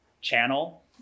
channel